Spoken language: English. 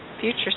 future